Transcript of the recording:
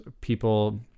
people—